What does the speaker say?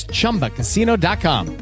Chumbacasino.com